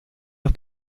los